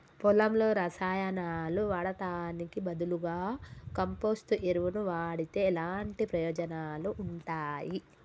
పొలంలో రసాయనాలు వాడటానికి బదులుగా కంపోస్ట్ ఎరువును వాడితే ఎలాంటి ప్రయోజనాలు ఉంటాయి?